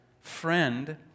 Friend